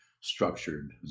structured